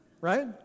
Right